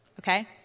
Okay